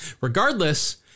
Regardless